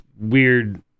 weird